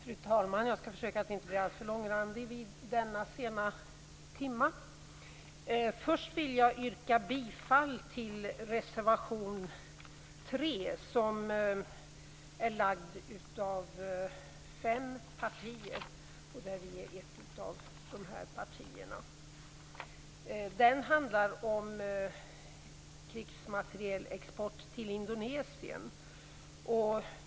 Fru talman! Jag skall försöka att denna sena timme inte bli alltför långrandig. Först vill jag yrka bifall till reservation 3 som är lagd av fem partier. Vi kristdemokrater är ett av de partierna. Indonesien.